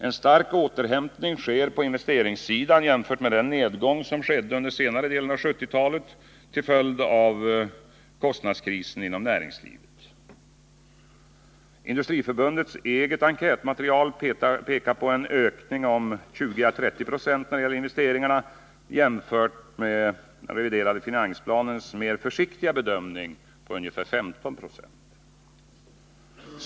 En stark återhämtning sker på investeringssidan, jämfört med den nedgång som skedde under senare delen av 1970-talet till följd av kostnadskrisen inom näringslivet. Industriförbundets eget enkätmaterial pekar på en ökning på 20 å 30 96 när det gäller investeringarna, jämfört med den reviderade finansplanens mer försiktiga bedömning på ungefär 15 90.